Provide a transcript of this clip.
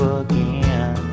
again